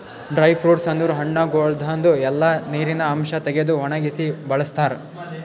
dry fruits ಅಂದುರ್ ಹಣ್ಣಗೊಳ್ದಾಂದು ಎಲ್ಲಾ ನೀರಿನ ಅಂಶ ತೆಗೆದು ಒಣಗಿಸಿ ಬಳ್ಸತಾರ್